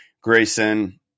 Grayson